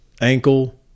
ankle